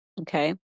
okay